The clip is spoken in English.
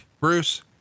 Bruce